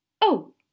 Oh